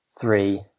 three